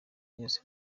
yose